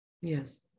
Yes